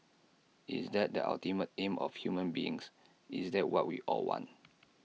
is that the ultimate aim of human beings is that what we all want